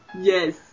yes